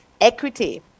equity